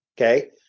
okay